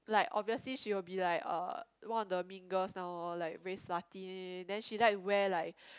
like obviously she will be like uh one of the mean girls now orh like very slutty then she like wear like